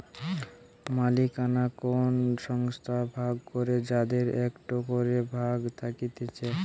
মালিকানা কোন সংস্থার ভাগ করে যাদের একটো করে ভাগ থাকতিছে